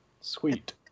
sweet